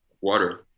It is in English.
water